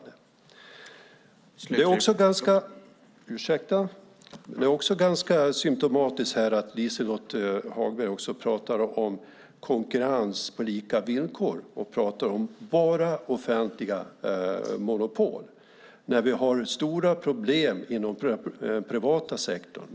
Det är också symtomatiskt att Liselott Hagberg pratar om konkurrens på lika villkor och offentliga monopol när vi har stora problem inom privata sektorn.